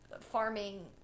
farming